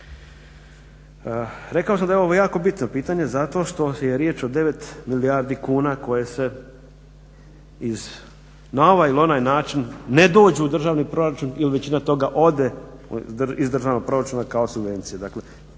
Rekao sam da je ovo jako bitno pitanje zato što je riječ o 9 milijardi kuna koje se iz na ovaj ili onaj način ne dođu u državni proračun ili većina toga ode iz državnog proračuna kao subvencija.